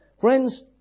Friends